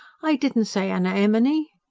i didn't say anner emeny.